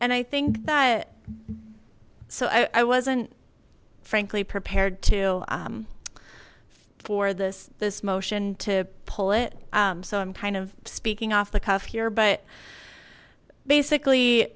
and i think that so i wasn't frankly prepared to for this this motion to pull it so i'm kind of speaking off the cuff here but basically